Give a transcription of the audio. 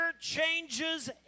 changes